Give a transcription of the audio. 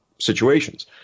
situations